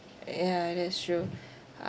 yeah that's true